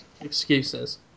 Excuses